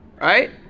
Right